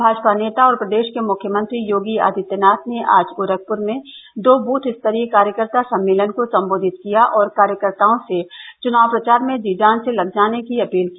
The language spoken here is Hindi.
भाजपा नेता और प्रदेष के मुख्यमंत्री योगी आदित्यनाथ ने आज गोरखपुर में दो बूथ स्तरीय कार्यकर्ता सम्मेलन को सम्बोधित किया और कार्यकर्ताओं से चुनाव प्रचार में जी जान से लग जाने की अपील की